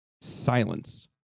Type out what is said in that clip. silence